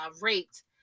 raped